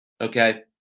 okay